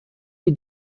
die